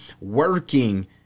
working